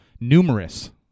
numerous